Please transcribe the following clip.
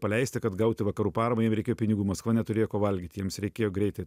paleisti kad gauti vakarų paramą jiem reikėjo pinigų maskva neturėjo ko valgyt jiems reikėjo greitai